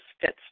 fits